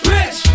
Rich